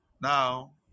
Now